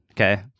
okay